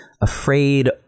afraid